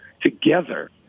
together